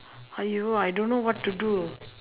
!aiyo! I don't know what to do